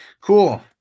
cool